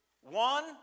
One